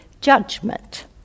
judgment